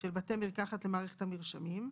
של בתי מרקחת למערכת המרשמים,